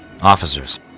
Officers